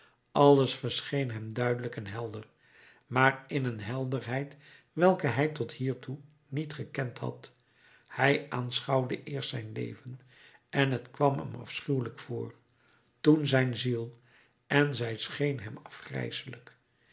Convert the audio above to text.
bisschop alles verscheen hem duidelijk en helder maar in een helderheid welke hij tot hiertoe niet gekend had hij aanschouwde eerst zijn leven en het kwam hem afschuwelijk voor toen zijn ziel en zij scheen hem